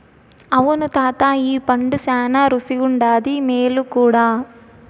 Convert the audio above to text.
అవును తాతా ఈ పండు శానా రుసిగుండాది, మేలు కూడా